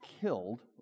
killed